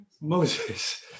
Moses